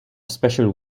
special